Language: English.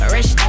Rich